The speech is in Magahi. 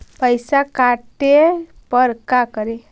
पैसा काटे पर का करि?